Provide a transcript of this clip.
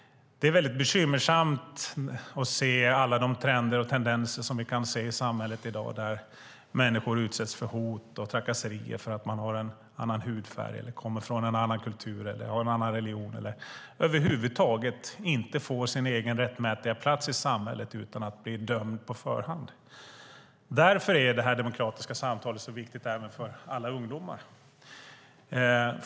Det är bekymmersamt att se alla de trender och tendenser som finns i samhället i dag. Människor utsätts för hot och trakasserier för att de har en annan hudfärg, kommer från en annan kultur eller har en annan religion. De får över huvud taget inte sin egen rättmätiga plats i samhället utan blir dömda på förhand. Därför är det demokratiska samtalet så viktigt även för alla ungdomar.